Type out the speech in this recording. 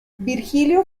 virgilio